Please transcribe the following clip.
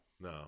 no